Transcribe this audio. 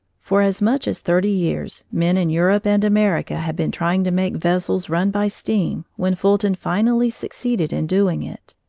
for as much as thirty years men in europe and america had been trying to make vessels run by steam when fulton finally succeeded in doing it.